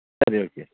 ಸರಿ ಓಕೆ